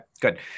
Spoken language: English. good